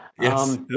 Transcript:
Yes